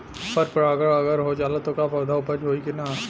पर परागण अगर हो जाला त का पौधा उपज होई की ना?